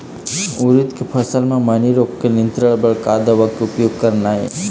उरीद के फसल म मैनी रोग के नियंत्रण बर का दवा के उपयोग करना ये?